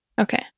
Okay